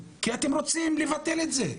כי אתם רוצים לבטל את זה,